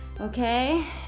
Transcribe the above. okay